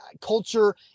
culture